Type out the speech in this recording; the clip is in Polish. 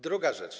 Druga rzecz.